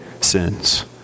sins